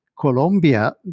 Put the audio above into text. Colombia